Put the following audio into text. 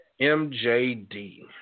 MJD